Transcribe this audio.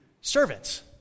servants